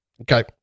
Okay